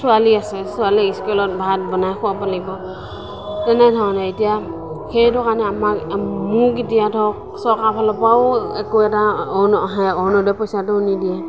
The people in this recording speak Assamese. ছোৱালী আছে ছোৱালীক স্কুলত ভাত বনাই খুৱাব লাগিব তেনেধৰণে এতিয়া সেইটো কাৰণে আমাক মোক এতিয়া ধৰক চৰকাৰৰ ফালৰ পৰাও একো এটা অৰুণোদয় পইচাটো নিদিয়ে